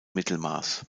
mittelmaß